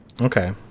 Okay